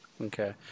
Okay